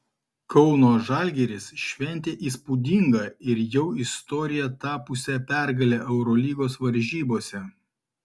kauno žalgiris šventė įspūdingą ir jau istorija tapusią pergalę eurolygos varžybose